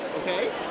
Okay